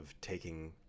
taking